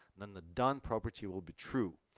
then the done property will be true.